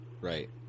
Right